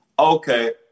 Okay